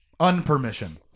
unpermission